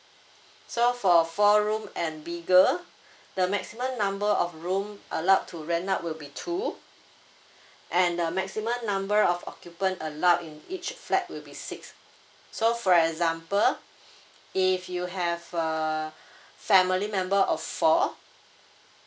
so for a four room and bigger the maximum number of room allowed to rent out will be two and the maximum number of occupant allowed in each flat will be six so for example if you have a family member of four